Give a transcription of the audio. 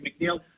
McNeil